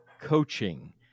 coaching